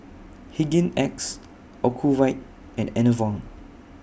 Hygin X Ocuvite and Enervon